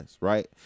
right